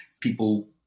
people